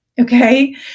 Okay